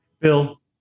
Bill